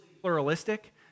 pluralistic